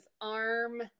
arm